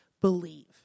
believe